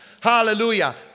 Hallelujah